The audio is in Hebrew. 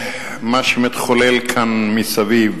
למה שמתחולל כאן מסביב.